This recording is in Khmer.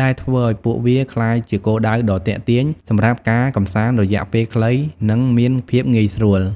ដែលធ្វើឲ្យពួកវាក្លាយជាគោលដៅដ៏ទាក់ទាញសម្រាប់ការកម្សាន្តរយៈពេលខ្លីនិងមានភាពងាយស្រួល។